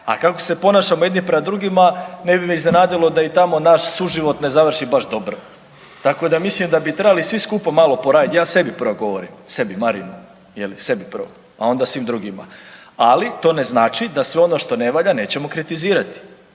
A kako se ponašamo jedni prema drugima ne bi me iznenadilo da i tamo naš suživot ne završi baš dobro. Tako da mislim da bi trebali svi skupa malo poraditi, ja sebi prvo govorim sebi Marinu, sebi prvom a onda svim drugima. Ali to ne znači da sve ono što ne valja nećemo kritizirati